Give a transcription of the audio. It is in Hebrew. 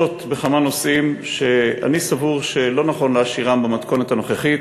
בכמה נושאים שאני סבור שלא נכון להשאירם במתכונת הנוכחית,